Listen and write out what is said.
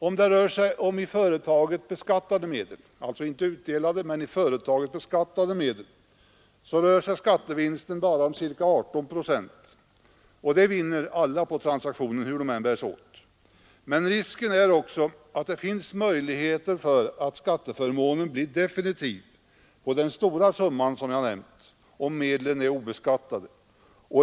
Om det rör sig om ej utdelade men i företaget beskattade medel, uppgår skattevinsten bara till ca 18 procent, och så mycket vinner alla på transaktionen hur de än bär sig åt. Men risken är också att skatteförmånen blir definitiv på den stora summan, om medlen är obeskattade.